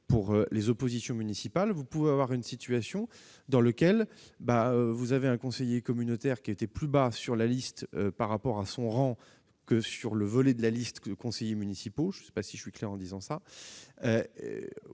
part proportionnelle, on peut aboutir à une situation dans laquelle un conseiller communautaire était plus bas sur la liste par rapport à son rang que sur le volet de la liste des conseillers municipaux. Je ne sais pas si je suis clair en disant